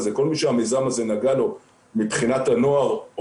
כדי שמי שמגיעים לשטח הם יכולים לדבר עם אותו בן או בת נוער.